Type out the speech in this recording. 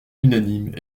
unanime